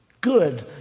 good